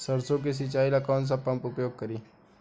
सरसो के सिंचाई ला कौन सा पंप उपयोग करी?